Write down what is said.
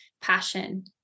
passion